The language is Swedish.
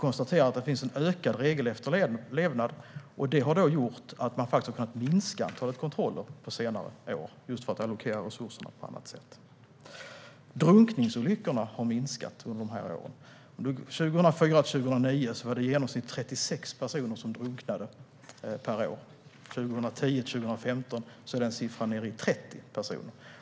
Det finns en ökad regelefterlevnad, vilket har gjort att man faktiskt har kunnat minska antalet kontroller under senare år, och därigenom har man kunnat allokera resurserna på annat sätt. Under dessa år har drunkningsolyckorna minskat. Mellan åren 2004 och 2009 drunknade i genomsnitt 36 personer per år. Mellan 2010 och 2015 är siffran nere i 30 personer.